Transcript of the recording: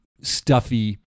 stuffy